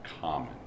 common